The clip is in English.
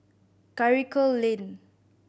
Karikal Lane